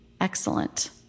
Excellent